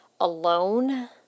alone